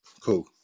Cool